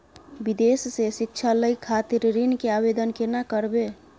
विदेश से शिक्षा लय खातिर ऋण के आवदेन केना करबे?